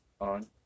on